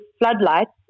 floodlights